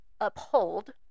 uphold